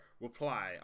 reply